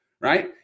right